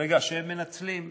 ברגע שהם מנצלים,